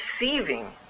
receiving